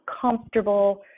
comfortable